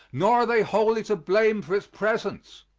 nor are they wholly to blame for its presence.